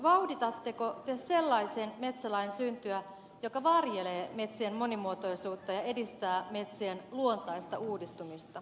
vauhditatteko te sellaisen metsälain syntyä joka varjelee metsien monimuotoisuutta ja edistää metsien luontaista uudistumista